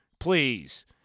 Please